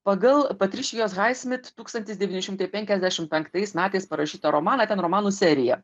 pagal patrišijos haismit tūkstantis devyni šimtai penkiasdešim penktais metais parašytą romaną ten romanų serija